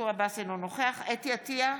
אינו נוכח חוה אתי עטייה,